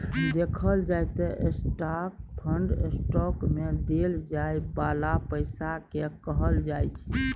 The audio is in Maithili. देखल जाइ त स्टाक फंड स्टॉक मे देल जाइ बाला पैसा केँ कहल जाइ छै